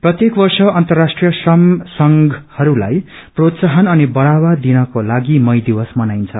प्रत्येक वर्ष अन्तराष्ट्रिय श्रम संघहस्लाई प्रोत्साहन अनि बढ़ावा दिनको लागि मई दिवस मनाईन्छ